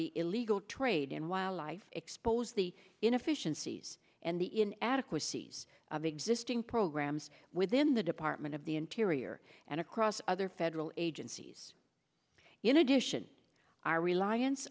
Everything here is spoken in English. the illegal trade in wildlife expose the inefficiencies and the in adequacy s of existing programs within the department of the interior and across other federal agencies in addition our reliance